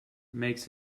makes